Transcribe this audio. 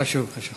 חשוב, חשוב.